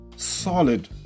solid